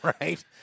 Right